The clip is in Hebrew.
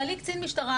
בעלי קצין משטרה,